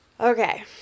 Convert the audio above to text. okay